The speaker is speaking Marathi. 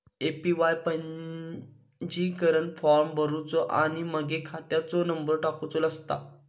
ए.पी.वाय पंजीकरण फॉर्म भरुचो आणि मगे खात्याचो नंबर टाकुचो असता